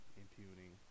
impugning